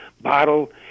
bottle